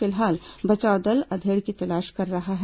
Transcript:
फिलहाल बचाव दल अधेड़ की तलाश कर रहा है